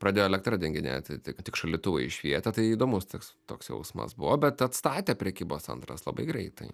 pradėjo elektra dinginėti tik tik šaldytuvai švietė tai įdomus toks toks jausmas buvo bet atstatė prekybos centras labai greitai